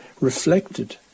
reflected